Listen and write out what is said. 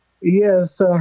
Yes